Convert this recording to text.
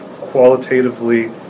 qualitatively